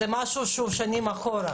זה דבר שקיים כבר שנים רבות.